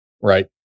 right